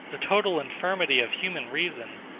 the total infirmity of human reason,